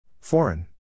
Foreign